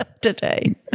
today